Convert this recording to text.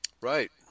Right